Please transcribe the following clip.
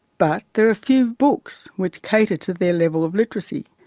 but there are few books which cater to their level of literacy.